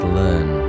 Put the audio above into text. learn